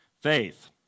Faith